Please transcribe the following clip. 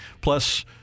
plus